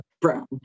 brown